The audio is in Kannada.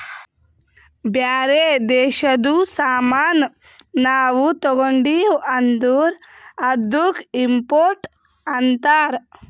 ಬ್ಯಾರೆ ದೇಶದು ಸಾಮಾನ್ ನಾವು ತಗೊಂಡಿವ್ ಅಂದುರ್ ಅದ್ದುಕ ಇಂಪೋರ್ಟ್ ಅಂತಾರ್